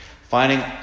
Finding